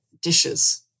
dishes